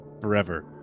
forever